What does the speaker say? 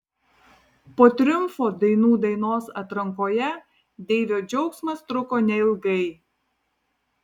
po triumfo dainų dainos atrankoje deivio džiaugsmas truko neilgai